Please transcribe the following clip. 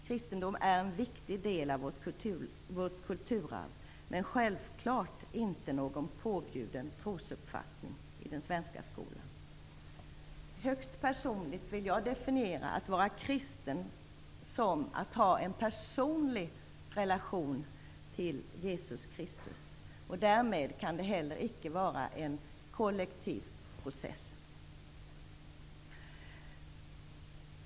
Kristendom är en viktig del av vårt kulturarv men självfallet inte någon påbjuden trosuppfattning i den svenska skolan. Jag vill högst personligt definiera att vara kristen som att ha en personlig relation till Jesus Kristus. Därmed kan det heller icke vara kollektiv process.